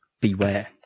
Beware